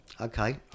Okay